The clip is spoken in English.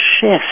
shift